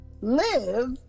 live